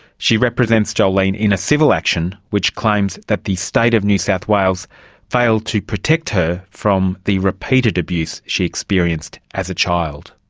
she represents jolene in a civil action which claims that the state of new south wales failed to protect her from the repeated abuse she experienced as a child.